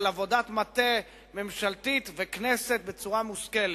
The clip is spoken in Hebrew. עבודת מטה ממשלתית ושל הכנסת בצורה מושכלת.